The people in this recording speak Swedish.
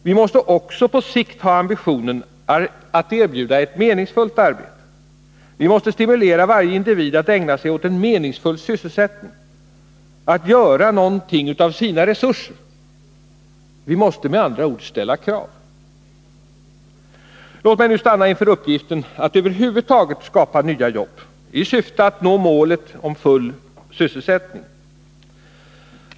Vi måste också på sikt ha ambitionen att erbjuda ett meningsfullt arbete. Vi måste stimulera varje individ att ägna sig åt en meningsfull sysselsättning, att göra någonting av sina resurser. Vi måste med andra ord ställa krav. Låt mig nu stanna inför hur vi över huvud taget skall kunna skapa nya jobb i syfte att nå målet full sysselsättning.